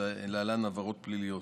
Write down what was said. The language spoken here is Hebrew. להלן: עבירות פליליות.